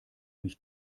mich